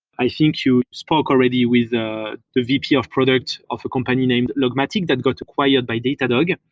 i think you spoke already with the the vp of product of a company named logmatic that got acquired by datadog,